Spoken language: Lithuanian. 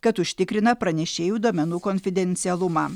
kad užtikrina pranešėjų duomenų konfidencialumą